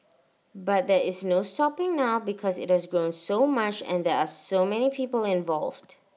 but there is no stopping now because IT does grown so much and there are so many people involved